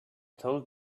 told